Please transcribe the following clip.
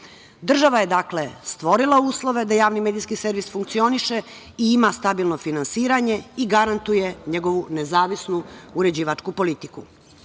je stvorila uslove da javni medijski servis funkcioniše i ima stabilno finansiranje i garantuje njegovu nezavisnu uređivačku politiku. Niti